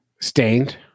Stained